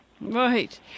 Right